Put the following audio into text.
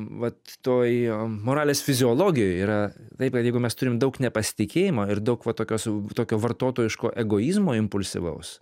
vat toj moralės fiziologijoj yra taip kad jeigu mes turim daug nepasitikėjimo ir daug va tokios tokio vartotojiško egoizmo impulsyvaus